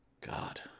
God